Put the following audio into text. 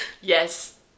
Yes